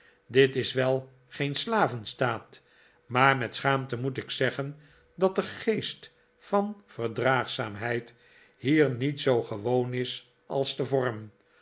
dit is wel geen slavenstaat maar met schaamte moet ik zeggen dat de geest van yerdraagzaamheid hier niet zoo gewoon is als de vorm